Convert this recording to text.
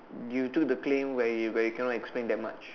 you took the claim where you where you cannot explain that much